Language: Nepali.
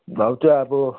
भाउ चाहिँ अब